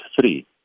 three